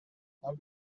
now